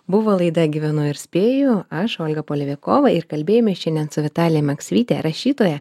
buvo laida gyvenu ir spėju aš olga polevikova ir kalbėjomės šiandien su vitalija maksivyte rašytoja